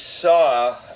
saw